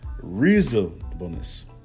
reasonableness